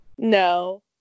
No